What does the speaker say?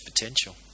potential